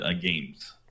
Games